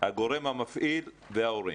הגורם המפעיל, וההורים?